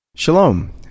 Shalom